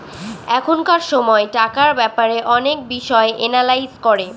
এখনকার সময় টাকার ব্যাপারে অনেক বিষয় এনালাইজ করে